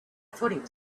thought